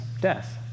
death